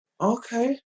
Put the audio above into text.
Okay